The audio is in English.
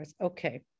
okay